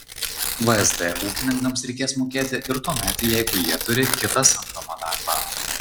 vsd ūkininkams reikės mokėti ir tuomet jeigu jie turi kitą samdomą darbą